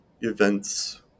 events